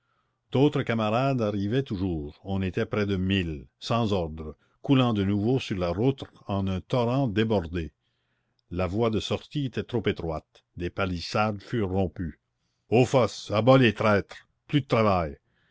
d'autres camarades arrivaient toujours on était près de mille sans ordre coulant de nouveau sur la route en un torrent débordé la voie de sortie était trop étroite des palissades furent rompues aux fosses à bas les traîtres plus de travail